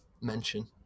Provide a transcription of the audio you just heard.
mention